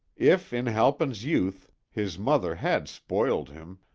if in halpin's youth his mother had spoiled him,